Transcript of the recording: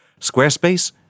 Squarespace